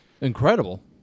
Incredible